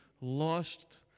lost